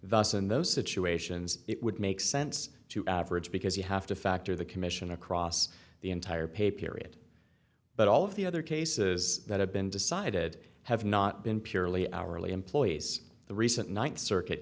thus in those situations it would make sense to average because you have to factor the commission across the entire pay period but all of the other cases that have been decided have not been purely hourly employees the recent ninth circuit